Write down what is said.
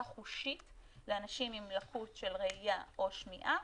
חושית לאנשים עם לקות של ראיה או שמיעה,